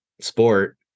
sport